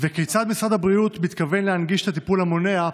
2. כיצד משרד הבריאות מתכוון להנגיש את הטיפול המונע,